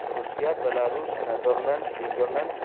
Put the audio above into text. Russia Belarus Netherlands Switzerland